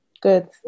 good